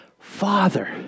Father